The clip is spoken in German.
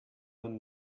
man